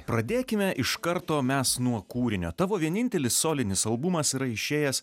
pradėkime iš karto mes nuo kūrinio tavo vienintelis solinis albumas yra išėjęs